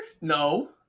No